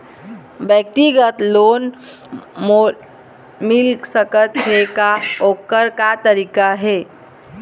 व्यक्तिगत लोन मोल मिल सकत हे का, ओकर का तरीका हे?